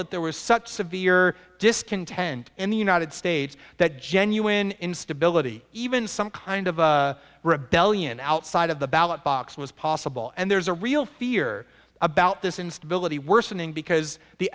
that there was such severe discontent in the united states that genuine instability even some kind of a rebellion outside of the ballot box was possible and there is a real fear about this instability worsening because the